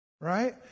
right